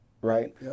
right